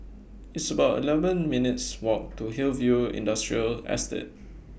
It's about eleven minutes' Walk to Hillview Industrial Estate